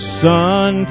sun